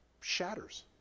shatters